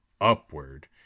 upward